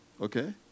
okay